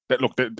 Look